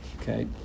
Okay